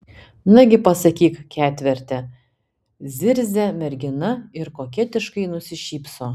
nagi pasakyk ketverte zirzia mergina ir koketiškai nusišypso